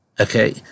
okay